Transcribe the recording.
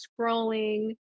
scrolling